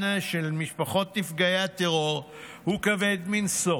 של משפחות נפגעי הטרור הוא כבד מנשוא,